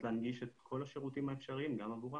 להנגיש את כל השירותים האפשריים גם עבורם.